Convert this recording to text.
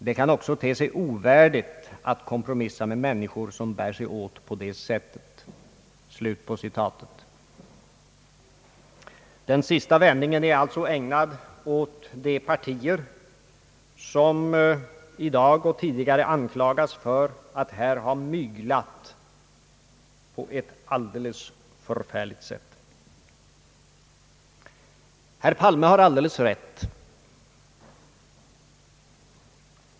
Det kan också te sig ovärdigt att kompromissa med människor som bär sig åt på det sättet.» Den sista vändningen är alltså ägnad åt de partier som i dag och tidigare anklagats för att här ha myglat på ett alldeles förfärligt sätt. Herr Palme har alldeles rätt.